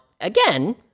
again